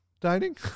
dining